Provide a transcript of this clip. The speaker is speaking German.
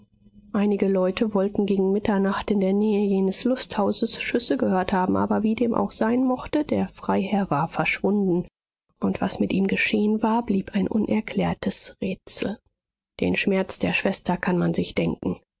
einige leute wollten gegen mitternacht in der nähe jenes lusthauses schüsse gehört haben aber wie dem auch sein mochte der freiherr war verschwunden und was mit ihm geschehen war blieb ein unerklärtes rätsel den schmerz der schwester kann man sich denken